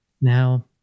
now